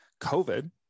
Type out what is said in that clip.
COVID